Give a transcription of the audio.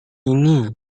ini